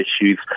issues